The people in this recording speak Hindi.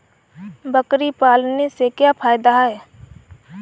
बकरी पालने से क्या फायदा है?